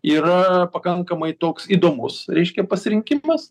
yra pakankamai toks įdomus reiškia pasirinkimas